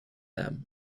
them